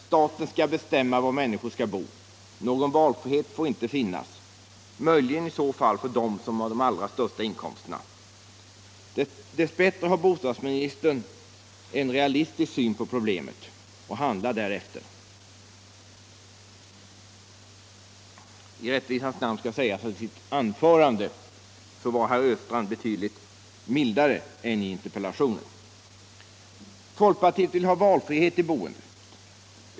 Staten skall bestämma var människor skall bo. Någon valfrihet får inte finnas. Möjligen i så fall för dem som har de allra största inkomsterna. Dess bättre har bostadsministern en realistisk syn på problemet och handlar därefter. I rättvisans namn skall sägas att i sitt anförande var herr Östrand betydligt mildare än i interpellationen. Folkpartiet vill ha valfrihet i boendet.